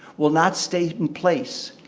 will not stay in place,